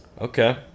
Okay